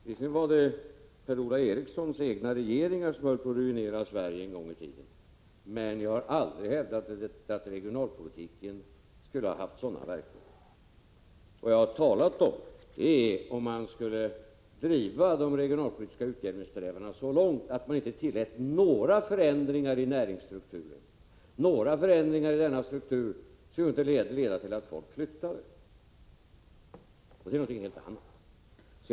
Visserligen var det Per-Ola Erikssons egna regeringar som höll på att ruinera Sverige en gång i tiden, men jag har aldrig hävdat att regionalpolitiken skulle ha haft sådana verkningar. Vad jag sagt är att om man skulle driva de regionalpolitiska utjämningssträvandena så långt att det inte tillåter några förändringar alls i denna struktur, skulle det leda till att folk flyttar, och det är någonting helt annat.